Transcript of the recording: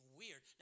weird